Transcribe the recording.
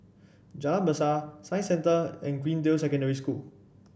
Jalan Besar Science Centre and Greendale Secondary School